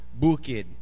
bukid